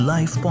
Life